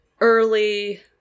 early